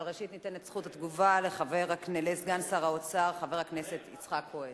אבל ראשית ניתן את זכות התגובה לסגן שר האוצר חבר הכנסת יצחק כהן.